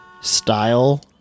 style